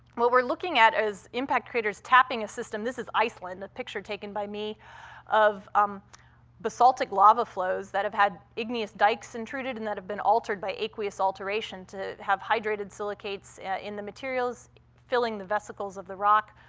what we're looking at is impact craters tapping a system. this is iceland a picture taken by me of um basaltic lava flows that have had igneous dikes intruded and that have been altered by aqueous alteration to have hydrated silicates in the materials filling the vesicles of the rock.